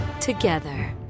together